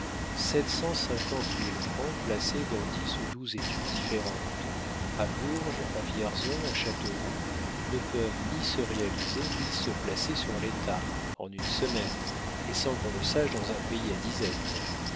mille francs placés dans dix ou douze études différentes à bourges à vierzon à châteauroux ne peuvent ni se réaliser ni se placer sur l'état en une semaine et sans qu'on le sache dans un pays à disettes